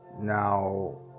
Now